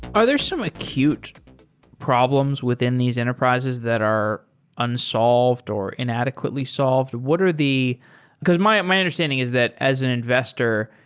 are there some acute problems within these enterprises that are unsolved or inadequately solved? what are the because my my understanding is that as an investor,